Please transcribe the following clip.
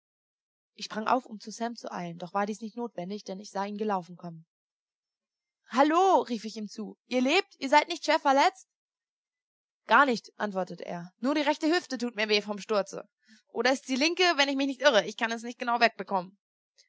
ich sprang auf um zu sam zu eilen doch war dies nicht notwendig denn ich sah ihn gelaufen kommen halloo rief ich ihm zu ihr lebt ihr seid nicht schwer verletzt gar nicht antwortete er nur die rechte hüfte tut mir weh vom sturze oder ist's die linke wenn ich mich nicht irre ich kann es nicht genau wegbekommen